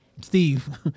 Steve